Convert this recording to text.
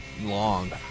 long